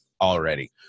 already